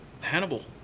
Hannibal